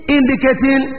indicating